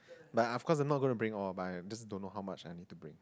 but of course I'm not gonna bring all but I just don't know how much I need to bring